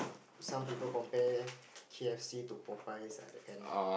some people compare K_F_C to Popeyes like that can